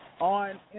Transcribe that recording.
on